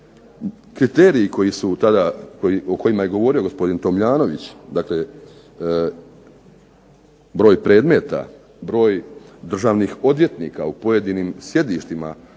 su tada, o kojima je govorio gospodin Tomljanović, dakle broj predmeta, broj državnih odvjetnika u pojedinim sjedištima